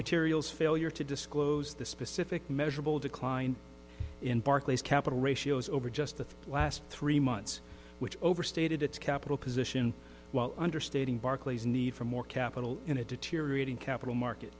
materials failure to disclose the specific measurable decline in barclays capital ratios over just the last three months which overstated its capital position while understating barclays need for more capital in a deteriorating capital market